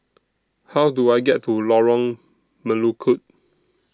How Do I get to Lorong Melukut